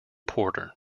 porter